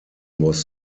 was